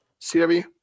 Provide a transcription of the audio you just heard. CW